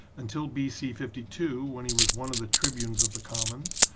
until b c. fifty two, when he was one of the tribunes of the commons,